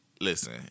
listen